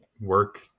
work